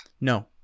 No